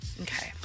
Okay